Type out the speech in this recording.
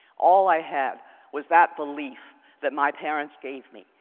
all i had was that belief that my parents gave me.